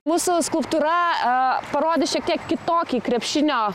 mūsų skulptūra parodė šiek tiek kitokį krepšinio